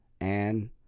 and-